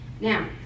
Now